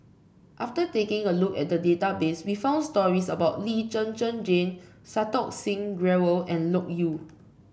after taking a look at the database we found stories about Lee Zhen Zhen Jane Santokh Singh Grewal and Loke Yew